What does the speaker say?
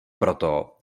proto